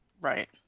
Right